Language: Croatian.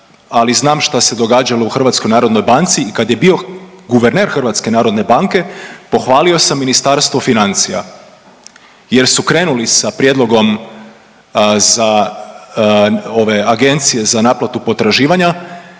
ali znam šta se događalo u HNB-u i kad je bio guverner HNB-a pohvalio sam Ministarstvo financija jer su krenuli sa prijedlogom za ove agencije za naplatu potraživanja